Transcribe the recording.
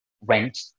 rent